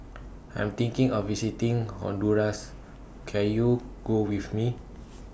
I'm thinking of visiting Honduras Can YOU Go with Me